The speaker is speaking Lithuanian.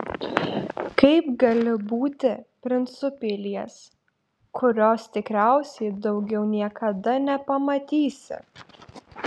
kaip gali būti princu pilies kurios tikriausiai daugiau niekada nepamatysi